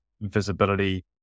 visibility